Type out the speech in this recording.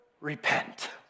repent